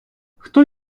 хто